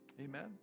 amen